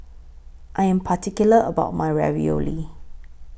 I Am particular about My Ravioli